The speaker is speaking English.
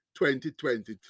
2023